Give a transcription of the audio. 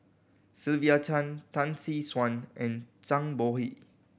Sylvia Tan Tan Tee Suan and Zhang Bohe